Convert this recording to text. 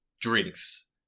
drinks